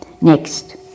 Next